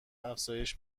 افزایش